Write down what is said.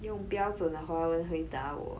用标准的华文回答我